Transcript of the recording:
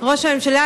ראש הממשלה,